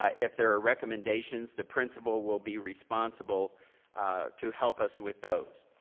ah if there are recommendations, the principal will be responsible to help us with those.